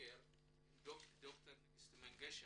הבוקר עם ד"ר נגיסטו מנגשה